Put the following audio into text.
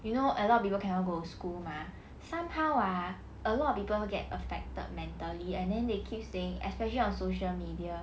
you know a lot of people cannot go school mah somehow ah a lot of people who get affected mentally and then they keep saying especially on social media